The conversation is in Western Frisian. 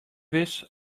wis